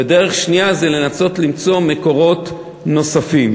ודרך שנייה זה לנסות למצוא מקורות נוספים.